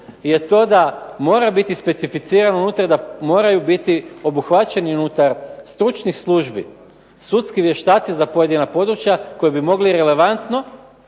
je to da mora biti specificirano unutra da moraju biti obuhvaćeni unutar stručnih službi sudski vještaci za pojedina područja koji bi mogli relevantno